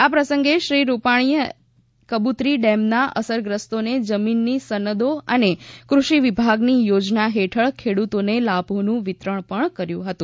આ પ્રસંગે શ્રી રૂપાણી એ કબૂતરી ડેમનાં અસરગ્રસ્તોને જમીનની સનદો અને કૃષિ વિભાગની યોજના હેઠળ ખેડૂતોને લાભોનું વિતરણ પણ કર્યું હતું